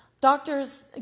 doctors